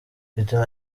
bituma